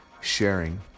sharing